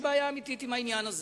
יש בעיה אמיתית עם העניין הזה.